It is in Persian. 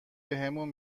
بهمون